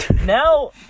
Now